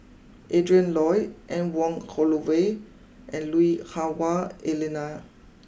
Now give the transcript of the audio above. Adrin Loi Anne Wong Holloway and Lui Hah Wah Elena